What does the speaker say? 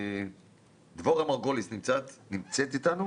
דבורה מרגוליס נמצאת איתנו?